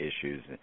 issues